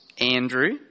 andrew